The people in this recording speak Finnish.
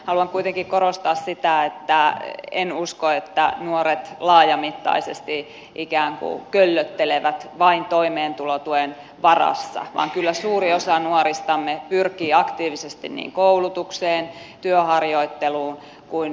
haluan kuitenkin korostaa sitä että en usko että nuoret laajamittaisesti ikään kuin köllöttelevät vain toimeentulotuen varassa vaan kyllä suuri osa nuoristamme pyrkii aktiivisesti niin koulutukseen työharjoitteluun kuin työhönkin